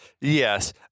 Yes